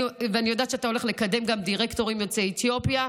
ואני יודעת שאתה הולך לקדם גם דירקטורים יוצאי אתיופיה,